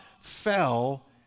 fell